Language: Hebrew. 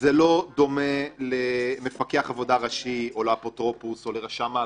זה לא דומה למפקח עבודה ראשי או לאפוטרופוס או לרשם האגודות,